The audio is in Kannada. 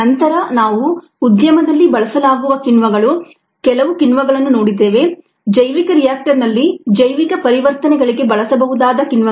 ನಂತರ ನಾವು ಉದ್ಯಮದಲ್ಲಿ ಬಳಸಲಾಗುವ ಕಿಣ್ವಗಳು ಕೆಲವು ಕಿಣ್ವಗಳನ್ನು ನೋಡಿದ್ದೇವೆ ಜೈವಿಕ ರಿಯಾಕ್ಟರ್ನಲ್ಲಿ ಜೈವಿಕ ಪರಿವರ್ತನೆಗಳಿಗೆ ಬಳಸಬಹುದಾದ ಕಿಣ್ವಗಳು